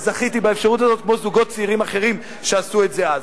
וזכיתי באפשרות הזאת כמו זוגות צעירים אחרים שעשו את זה אז,